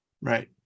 right